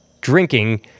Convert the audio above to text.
drinking